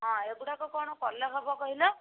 ହଁ ଏ ଗୁଡ଼ାକ କ'ଣ କଲେ ହବ କହିଲ